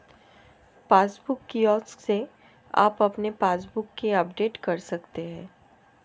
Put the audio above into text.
passbook kiosk से आप अपने पासबुक को अपडेट कर सकते हैं